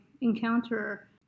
encounter